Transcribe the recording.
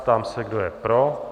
Ptám se, kdo je pro.